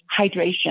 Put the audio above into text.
hydration